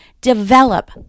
develop